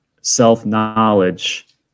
self-knowledge